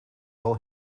wel